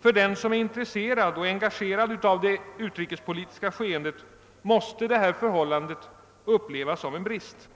För den som är intresserad och engagerad av det utrikespolitiska skeendet måste detta förhållande upplevas som en brist.